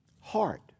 Heart